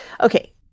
Okay